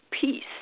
peace